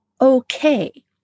Okay